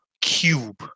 cube